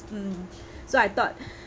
mm so I thought